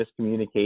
miscommunication